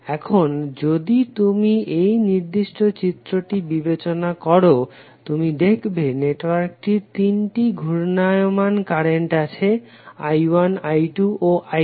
এখন যদি তুমি এই নির্দিষ্ট চিত্রটি বিবেচনা করো তুমি দেখবে নেটওয়ার্কটির তিনটি ঘূর্ণায়মান কারেন্ট আছে I1 I2 ও I3